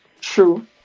True